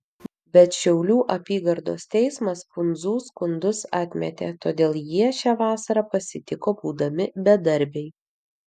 bet šiaulių apygardos teismas pundzų skundus atmetė todėl jie šią vasarą pasitiko būdami bedarbiai